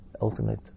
ultimate